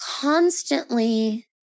constantly